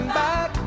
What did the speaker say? back